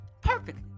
perfect